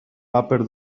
paper